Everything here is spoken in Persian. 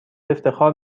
افتخار